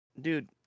Dude